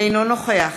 אינו נוכח